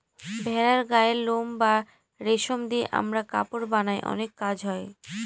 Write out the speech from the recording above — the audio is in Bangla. ভেড়ার গায়ের লোম বা রেশম দিয়ে আমরা কাপড় বানায় অনেক কাজ হয়